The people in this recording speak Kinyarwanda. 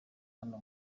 hano